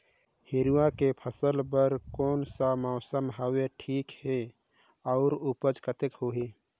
हिरवा के फसल बर कोन सा मौसम हवे ठीक हे अउर ऊपज कतेक होही?